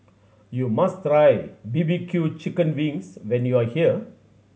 you must try B B Q chicken wings when you are here